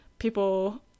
people